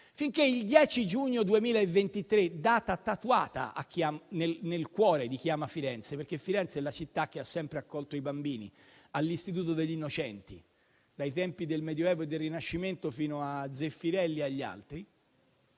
Finché il 10 giugno 2023, data tatuata nel cuore di chi ama Firenze (perché Firenze è la città che ha sempre accolto i bambini all'Istituto degli innocenti, dai tempi del Medioevo e del Rinascimento fino a Zeffirelli e agli altri),